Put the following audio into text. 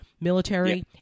military